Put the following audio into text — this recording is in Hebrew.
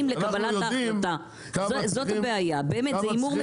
לקבלת ההחלטה אנחנו יודעים כמה צריכים לגדל בישראל?